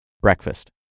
breakfast